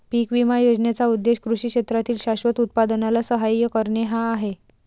पीक विमा योजनेचा उद्देश कृषी क्षेत्रातील शाश्वत उत्पादनाला सहाय्य करणे हा आहे